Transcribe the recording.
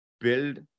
build